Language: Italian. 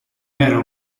era